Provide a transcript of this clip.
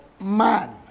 man